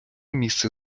місце